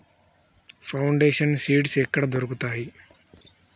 Foundation seeds ఎక్కడ దొరుకుతాయి?